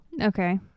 okay